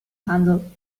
handle